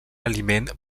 aliment